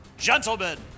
gentlemen